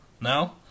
No